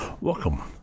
welcome